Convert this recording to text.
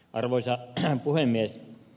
arvoisa puhemies